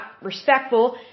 respectful